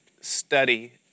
study